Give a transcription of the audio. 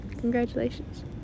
Congratulations